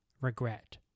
regret